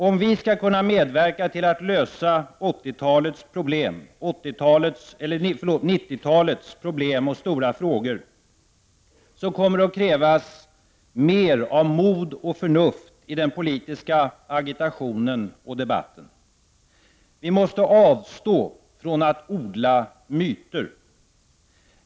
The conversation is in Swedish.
Om vi skall kunna medverka till att lösa 90-talets problem och stora frågor kommer det att krävas mer av mod och förnuft i den politiska agitationen och debatten. Vi måste avstå från att odla myter.